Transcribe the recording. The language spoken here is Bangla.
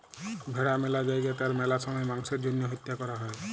ভেড়া ম্যালা জায়গাতে আর ম্যালা সময়ে মাংসের জ্যনহে হত্যা ক্যরা হ্যয়